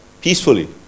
peacefully